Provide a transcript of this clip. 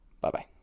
Bye-bye